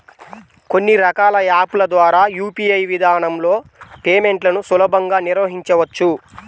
కొన్ని రకాల యాప్ ల ద్వారా యూ.పీ.ఐ విధానంలో పేమెంట్లను సులభంగా నిర్వహించవచ్చు